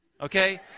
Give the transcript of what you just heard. Okay